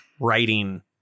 writing